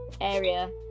area